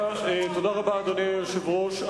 תודה רבה, אדוני היושב-ראש.